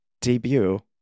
debut